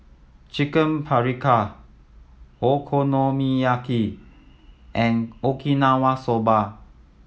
Chicken Paprika Okonomiyaki and Okinawa Soba